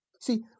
See